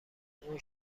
اون